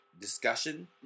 discussion